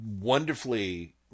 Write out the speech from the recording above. wonderfully